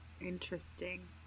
Interesting